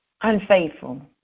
Unfaithful